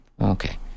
Okay